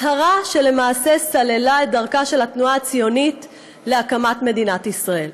הצהרה שלמעשה סללה את דרכה של התנועה הציונית להקמת מדינת ישראל.